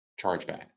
chargeback